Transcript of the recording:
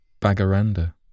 Bagaranda